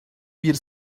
bir